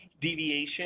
Deviation